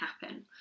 happen